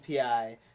API